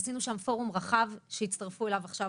עשינו שם פורום רחב שהצטרפו אליו עכשיו